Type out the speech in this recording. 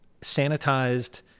sanitized